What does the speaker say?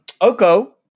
Oko